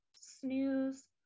snooze